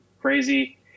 crazy